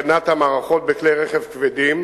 כי לאחר בדיקת ישימות התקנת המערכות בכלי רכב כבדים,